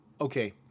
okay